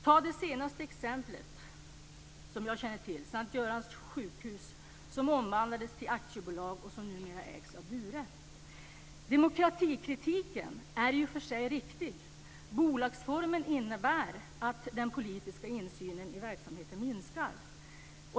Ta det senaste exemplet som jag känner till, nämligen S:t Görans sjukhus, som omvandlades till aktiebolag och numera ägs av Bure. Demokratikritiken är i och för sig riktig. Bolagsformen innebär att den politiska insynen i verksamheten minskar.